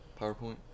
powerpoint